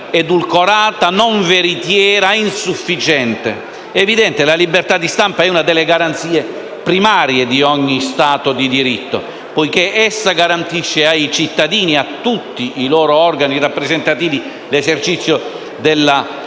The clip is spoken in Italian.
edulcorata, non veritiera e insufficiente. È evidente che la libertà di stampa è una delle garanzie primarie di ogni Stato di diritto, poiché essa garantisce ai cittadini e a tutti i loro organi rappresentativi l'esercizio della libertà